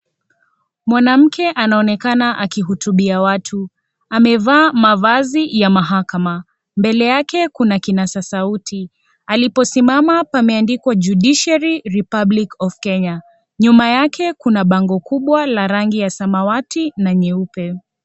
Mwanamke anaonekana akihutubia watu amevaa mavazi ya mahakama, mbele yake kuna kinasa sauti alipo simama pameandikwa Judiciary Republic of Kenya nyuma yake kuna bango kubwa la rangi ya samawati na nyeupe.